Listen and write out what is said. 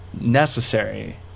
necessary